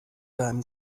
deinem